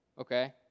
Okay